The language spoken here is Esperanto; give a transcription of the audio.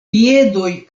piedoj